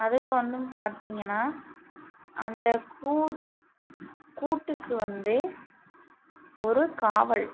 அதுவும் வந்து பார்த்திங்கன்னா அந்த கூட்டுக்கு வந்து ஒரு காவல்